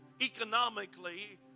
economically